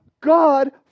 God